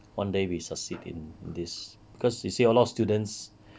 one day we succeed in this cause he say a lot of students